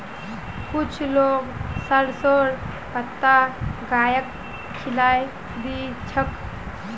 कुछू लोग सरसोंर पत्ता गाइक खिलइ दी छेक